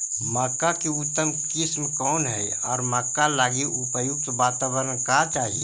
मक्का की उतम किस्म कौन है और मक्का लागि उपयुक्त बाताबरण का चाही?